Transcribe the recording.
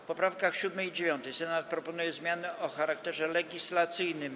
W poprawkach 7. i 9. Senat proponuje zmiany o charakterze legislacyjnym.